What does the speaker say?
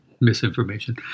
misinformation